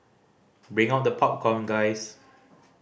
bring out the popcorn guys